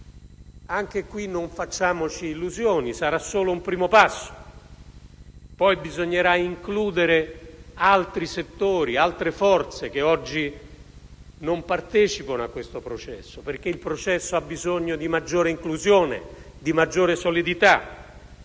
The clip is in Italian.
caso, non facciamoci illusioni: sarà solo un primo passo. Poi, bisognerà includere altri settori e altre forze che oggi non partecipano a questo processo, perché il processo ha bisogno di maggiore inclusione e solidità.